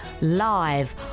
live